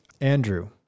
andrew